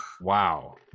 Wow